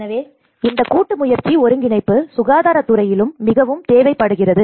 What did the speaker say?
எனவே இந்த கூட்டு முயற்சி ஒருங்கிணைப்பு சுகாதாரத் துறையிலும் மிகவும் தேவைப்படுகிறது